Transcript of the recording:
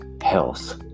health